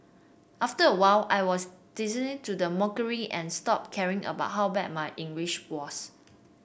after a while I was desensitised to the mockery and stopped caring about how bad my English was